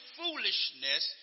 foolishness